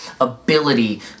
ability